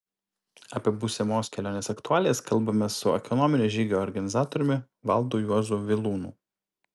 apie būsimos kelionės aktualijas kalbamės su ekonominio žygio organizatoriumi valdu juozu vilūnu